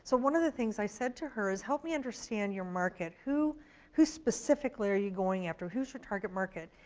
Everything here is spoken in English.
so one of the things i said to her was help me understand your market, who who specifically are you going after, who's your target market.